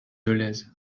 dolez